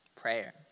prayer